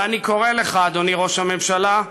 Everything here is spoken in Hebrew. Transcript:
ואני קורא לך, אדוני ראש הממשלה,